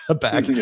back